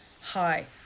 Hi